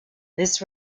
this